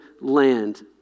land